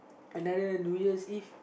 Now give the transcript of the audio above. another New Year's Eve